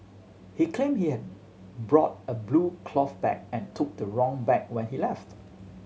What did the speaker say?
he claimed he had brought a blue cloth bag and took the wrong bag when he left